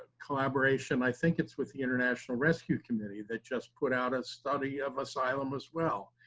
collaboration, i think it's with the international rescue committee, that just put out a study of asylum as well,